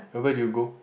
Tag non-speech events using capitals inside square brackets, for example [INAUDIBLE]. [NOISE] where did you go